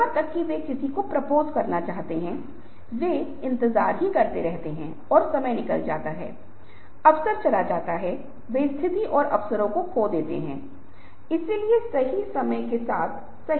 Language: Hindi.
यहां तक कि ग्रंथ भी एनिमेटेड हो सकते हैं इस प्रकार उनके बारे में एक दृश्य गुणवत्ता विकसित हो सकती है और आप देखते हैं कि अन्तरक्रियाशीलता एक महत्वपूर्ण आदर्श वाक्य बन गया है